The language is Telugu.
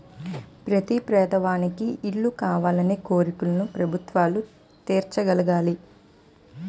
ప్రతి పేదవానికి ఇల్లు కావాలనే కోరికను ప్రభుత్వాలు తీర్చగలగాలి